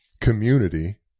community